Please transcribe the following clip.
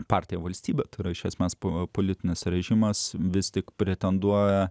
partija valstybė turi iš esmės buvo politinis režimas vis tik pretenduoja